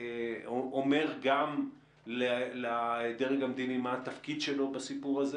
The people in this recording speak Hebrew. אומר גם לדרג המדיני מה התפקיד שלו בסיפור הזה